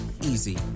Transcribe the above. easy